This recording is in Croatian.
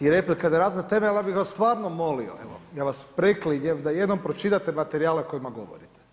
i replika na razne teme, ali ja bih vas stvarno molio, evo ja vas preklinjem da jednom pročitate materijale o kojima govorite.